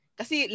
kasi